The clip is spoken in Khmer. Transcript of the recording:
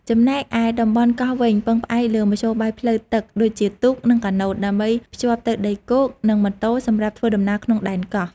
ចំណែកឯតំបន់កោះវិញ ពឹងផ្អែកលើមធ្យោបាយផ្លូវទឹកដូចជាទូក និងកាណូត ដើម្បីភ្ជាប់ទៅដីគោក និងម៉ូតូសម្រាប់ធ្វើដំណើរក្នុងដែនកោះ។